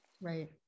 right